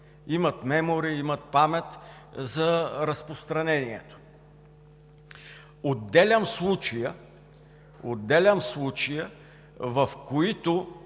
имат мемори, имат памет за разпространение. Отделям случаите, в които